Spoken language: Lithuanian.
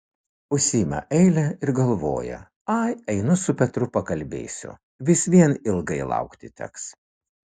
užsiima eilę ir galvoja ai einu su petru pakalbėsiu vis vien ilgai laukti teks